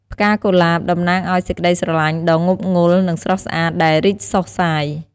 ផ្កាកុលាប តំណាងអោយ សេចក្តីស្រឡាញ់ដ៏ងប់ងល់ និងស្រស់ស្អាត ដែលរីកសុះសាយ។